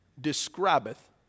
describeth